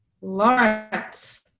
Lawrence